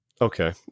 Okay